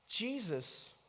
Jesus